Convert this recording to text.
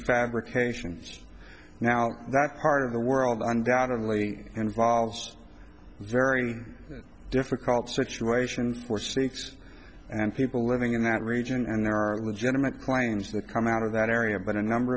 fabrications now that part of the world undoubtedly involves a very difficult situation for sikhs and people living in that region and there are legitimate claims that come out of that area but a number